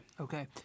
Okay